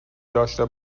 داشته